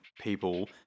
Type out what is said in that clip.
people